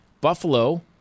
Buffalo